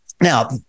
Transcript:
now